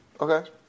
Okay